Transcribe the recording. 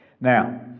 now